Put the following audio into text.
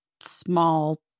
small